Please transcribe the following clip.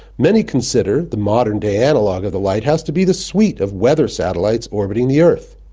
many consider the modern day analog of the lighthouse to be the suite of weather satellites orbiting the earth.